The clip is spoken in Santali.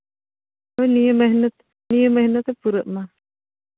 ᱦᱳᱭ ᱱᱤᱭᱟᱹ ᱢᱮᱦᱱᱚᱛ ᱱᱤᱭᱟᱹ ᱢᱮᱦᱱᱚᱛ ᱦᱚᱸ ᱯᱩᱨᱟᱹᱜ ᱢᱟ